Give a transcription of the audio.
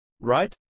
Right